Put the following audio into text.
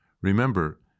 Remember